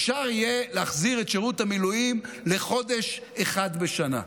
אפשר יהיה להחזיר את שירות המילואים לחודש אחד בשנה.